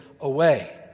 away